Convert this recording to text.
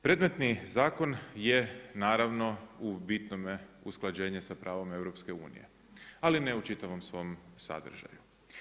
Predmetni zakon je naravno u bitnome usklađenje sa pravom EU-a, ali ne u čitavom svom sadržaju.